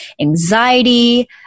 Anxiety